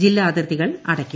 ജില്ലാതിർത്തികൾ അടയ്ക്കും